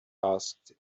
asked